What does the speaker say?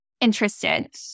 interested